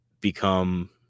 become